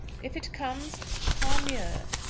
if it comes, tant mieux.